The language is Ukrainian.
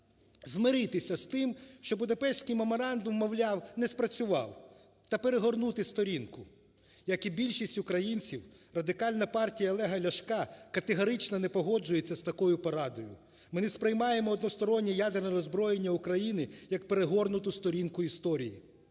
змиритися з тим, що Будапештський меморандум, мовляв, не спрацював та перегорнути сторінку. Як і більшість українців, Радикальна партія Олега Ляшка категорично не погоджується з такою порадою. Ми не сприймаємо одностороннє ядерне роззброєння України як перегорнуту сторінку історії.